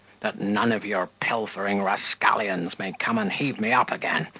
that none of your pilfering rascallions may come and heave me up again,